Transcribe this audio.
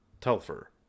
Telfer